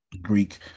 Greek